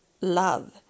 love